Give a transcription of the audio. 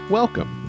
welcome